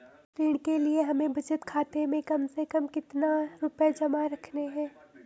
ऋण के लिए हमें बचत खाते में कम से कम कितना रुपये जमा रखने हैं?